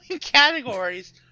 categories